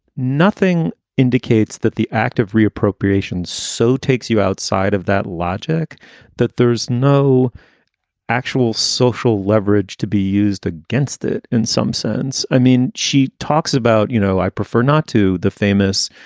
nothing indicates that the active reappropriation so takes you outside of that logic that there's no actual social leverage to be used against it in some sense. i mean, she talks about, you know, i prefer not to the famous,